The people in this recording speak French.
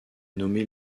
nommé